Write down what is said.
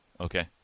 okay